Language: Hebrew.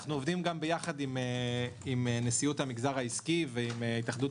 ואנחנו עובדים ביחד עם נשיאות המגזר העסקי ועם התאחדות